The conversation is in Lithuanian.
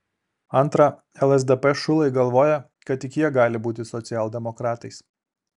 antra lsdp šulai galvoja kad tik jie gali būti socialdemokratais